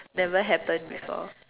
never happened before